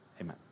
amen